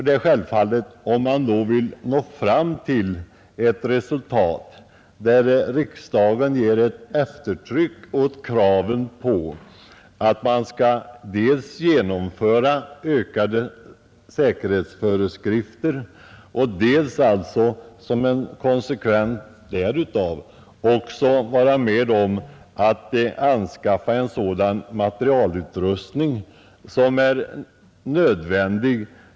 Om riksdagen ger eftertryck åt ökade säkerhetsföreskrifter, blir därför — om man vill nå fram till ett resultat — en nödvändig konsekvens att Boxningsförbundet också får hjälp att skaffa sådan materiell utrustning som är erforderlig.